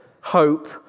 hope